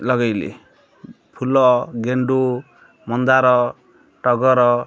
ଲଗେଇଲି ଫୁଲ ଗେଣ୍ଡୁ ମନ୍ଦାର ଟଗର